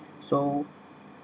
so